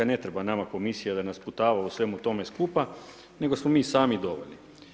Ne treba nama Komisija da nas sputava u svemu tome skupa, nego smo mi sami dovoljni.